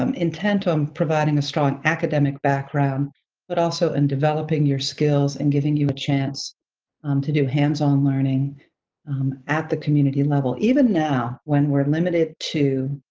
um intent on providing a strong academic background but also in developing your skills and giving you a chance to do hands-on learning at the community level. even now when we're limited to